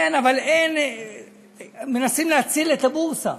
כן, אבל מנסים להציל את הבורסה.